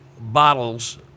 bottles